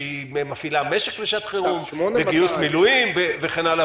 שהיא מפעילה משק לשעת חירום וגיוס מילואים וכן הלאה